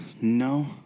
No